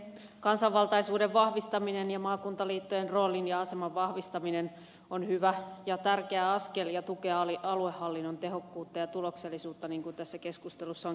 kansanvaltaisuuden vahvistaminen ja maakuntaliittojen roolin ja aseman vahvistaminen on hyvä ja tärkeä askel ja tukee aluehallinnon tehokkuutta ja tuloksellisuutta niin kun tässä keskustelussa on käynyt ilmi